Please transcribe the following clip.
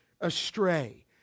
astray